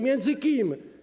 Między kim?